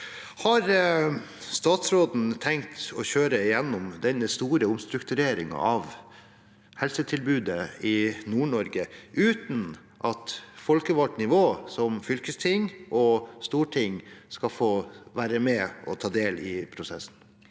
Har statsråden tenkt å kjøre igjennom denne store omstruktureringen av helsetilbudet i Nord-Norge uten at folkevalgt nivå som fylkesting og storting skal få være med og ta del i prosessen?